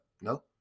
no